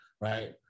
right